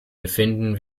befinden